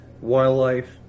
wildlife